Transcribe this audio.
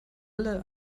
alle